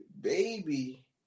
baby